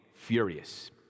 furious